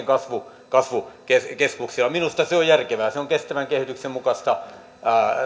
kasvukeskuksissa minusta se on järkevää se on kestävän kehityksen mukaista